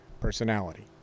personality